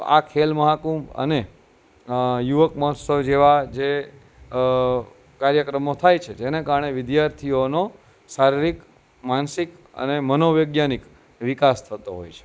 આ ખેલમહાકુંભ અને યુવક મહોત્સવ જેવા જે કાર્યક્રમો થાય છે જેને કારણે વિદ્યાર્થીઓનો શારીરિક માનસિક અને મનોવૈજ્ઞાનિક વિકાસ થતો હોય છે